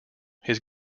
his